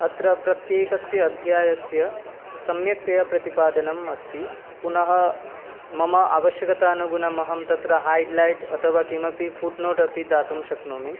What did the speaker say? अत्र प्रत्येकस्य अध्यायस्य सम्यक्तया प्रतिपादनम् अस्ति पुनः मम आवश्यकतानुगुणम् अहं तत्र हैड्लैट् अथवा किमपि फ़ुट्नोट् अपि दातुं शक्नोमि